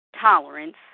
tolerance